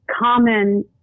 common